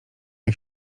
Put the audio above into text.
jak